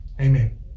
amen